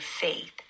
faith